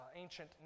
ancient